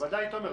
בוודאי, תומר.